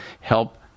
help